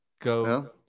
go